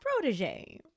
protege